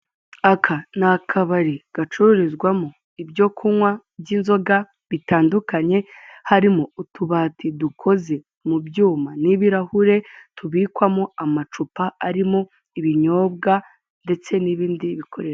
Aka ni akabari gacururizwamo ibyo kunywa by'inzoga bitandukanye, harimo utubati dukoze mubyuma n'ibirahure tubikwamo amacupa arimo ibinyobwa ndetse n'ibindi bikoresho.